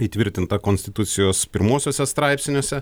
įtvirtinta konstitucijos pirmuosiuose straipsniuose